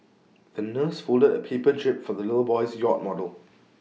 the nurse folded A paper jib for the little boy's yacht model